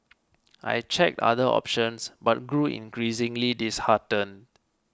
I checked other options but grew increasingly disheartened